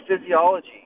physiology